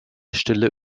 stille